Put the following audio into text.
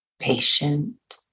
patient